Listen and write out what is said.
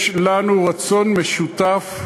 יש לנו רצון משותף,